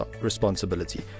responsibility